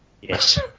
yes